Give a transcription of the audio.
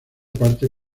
parte